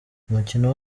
umukino